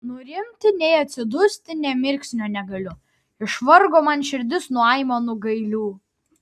nurimti nei atsidusti nė mirksnio negaliu išvargo man širdis nuo aimanų gailių